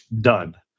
done